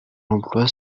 l’emploi